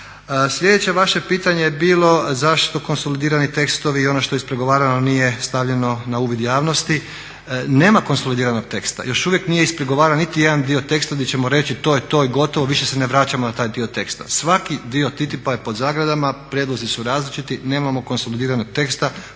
Sljedeće vaše pitanje je bilo zašto konsolidirani tekstovi i ono što je ispregovarano nije stavljeno na uvid javnosti. Nema konsolidiranog teksta, još uvijek nije ispregovaran niti jedan dio teksta gdje ćemo reći to je to i gotovo, više se ne vraćamo na taj dio teksta. Svaki dio TTIP-a je pod zagradama, prijedlozi su različiti, nemamo konsolidiranog teksta